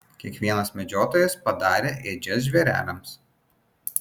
kiekvienas medžiotojas padarė ėdžias žvėreliams